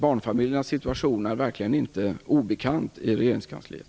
Barnfamiljernas situation är verkligen inte obekant i regeringskansliet.